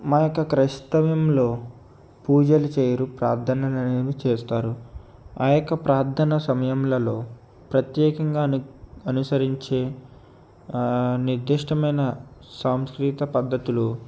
మా యొక్క క్రైస్తవంలో పూజలు చెయ్యరు ప్రార్థనలు అనేవి చేస్తారు మా యొక్క ప్రార్థన సమయంలలో ప్రత్యేకంగా అన్ అనుసరించే నిర్దిష్టమైన సాంస్కృతిక పద్ధతులు